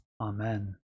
Amen